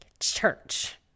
church